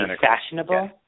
fashionable